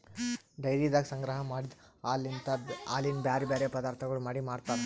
ಡೈರಿದಾಗ ಸಂಗ್ರಹ ಮಾಡಿದ್ ಹಾಲಲಿಂತ್ ಹಾಲಿನ ಬ್ಯಾರೆ ಬ್ಯಾರೆ ಪದಾರ್ಥಗೊಳ್ ಮಾಡಿ ಮಾರ್ತಾರ್